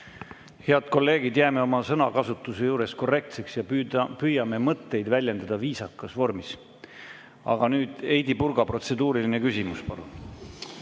Head kolleegid, jääme oma sõnakasutuse juures korrektseks ja püüame mõtteid väljendada viisakas vormis. Aga nüüd, Heidy Purga, protseduuriline küsimus, palun!